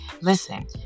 Listen